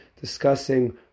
discussing